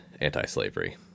anti-slavery